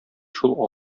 шул